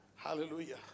Hallelujah